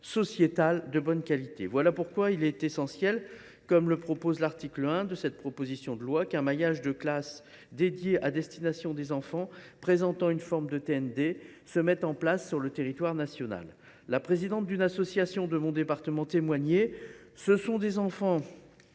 sociétale de bonne qualité. » Voilà pourquoi il est essentiel, comme le prévoit l’article 1 de cette proposition de loi, qu’un maillage de classes dédiées aux enfants présentant une forme de TND se mette en place sur le territoire national. La présidente d’une association de mon département me disait de ces enfants,